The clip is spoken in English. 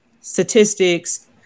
statistics